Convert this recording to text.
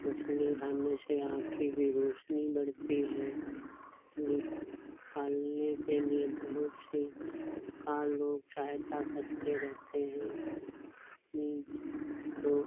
मछली खाने से आँखों की रोशनी बढ़ती है मछली पालने के लिए बहुत सी सरकार लोग सहायता करते रहते हैं मछली को